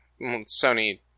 Sony